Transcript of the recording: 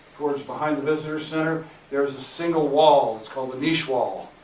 towards behind the visitors center, there was a single wall it's called the niche wall.